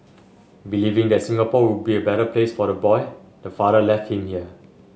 believing that Singapore would be a better place for the boy the father left him here